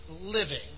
living